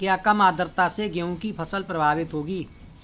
क्या कम आर्द्रता से गेहूँ की फसल प्रभावित होगी?